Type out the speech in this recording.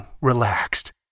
relaxed